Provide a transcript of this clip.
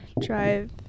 drive